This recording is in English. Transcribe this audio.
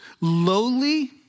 lowly